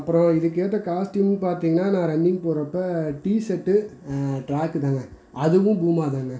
அப்புறம் இதுக்கேற்ற காஸ்ட்டியூம் பார்த்தீங்கன்னா நான் ரன்னிங் போகிறப்ப டீ ஷர்ட்டு ட்ராக்குதாங்க அதுவும் பூமாதாங்க